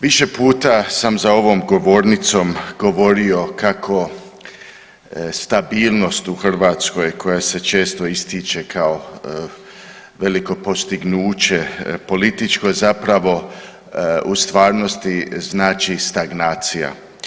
Više puta sam za ovom govornicom govorio kako stabilnost u Hrvatskoj koja se često ističe kao veliko postignuće političko zapravo u stvarnosti znači stagnacija.